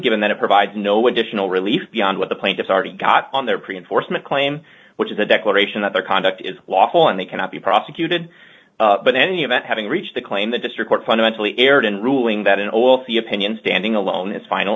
given that it provides no additional relief beyond what the plaintiffs already got on their pre enforcement claim which is a declaration that their conduct is lawful and they cannot be prosecuted but any of that having reached the claim the district court fundamentally erred in ruling that in all see opinion standing alone is final